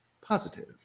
positive